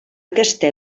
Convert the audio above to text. aquesta